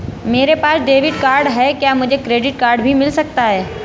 मेरे पास debit card है क्या मुझे क्रेडिट कार्ड भी मिल सकता है?